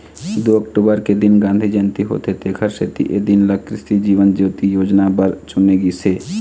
दू अक्टूबर के दिन गांधी जयंती होथे तेखरे सेती ए दिन ल कृसि जीवन ज्योति योजना बर चुने गिस हे